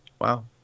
Wow